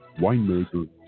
winemaker